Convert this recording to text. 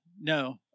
no